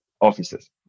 Offices